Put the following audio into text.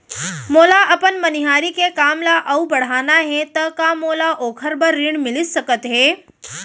मोला अपन मनिहारी के काम ला अऊ बढ़ाना हे त का मोला ओखर बर ऋण मिलिस सकत हे?